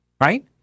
Right